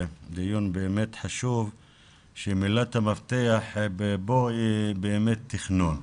דיון באמת חשוב שמילת המפתח בו היא באמת תכנון.